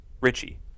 richie